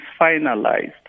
finalized